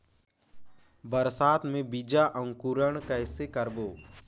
बरसात मे बीजा अंकुरण कइसे करबो?